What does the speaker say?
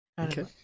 Okay